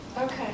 Okay